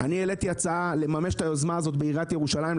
אני העליתי הצעה לממש את היוזמה הזאת בעירית ירושלים,